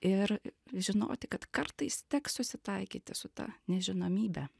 ir žinoti kad kartais teks susitaikyti su ta nežinomybe